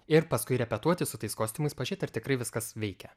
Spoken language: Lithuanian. ir paskui repetuoti su tais kostiumais pažiūrėt ar tikrai viskas veikia